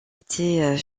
était